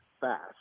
fast